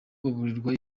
baburirwa